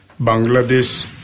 Bangladesh